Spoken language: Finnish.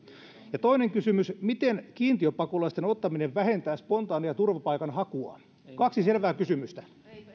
ja toinen kysymys miten kiintiöpakolaisten ottaminen vähentää spontaania turvapaikanhakua kaksi selvää kysymystä